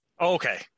Okay